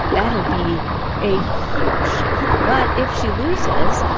that'll be a huge shift. but if she loses,